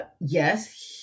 yes